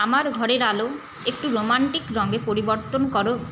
আমার ঘরের আলো একটু রোমান্টিক রঙে পরিবর্তন কর